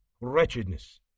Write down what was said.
wretchedness